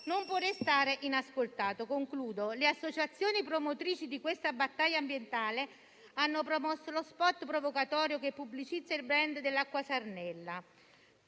non può restare inascoltato. Le associazioni promotrici di questa battaglia ambientale hanno promosso uno *spot* provocatorio che pubblicizza il *brand* dell'acqua Sarnella.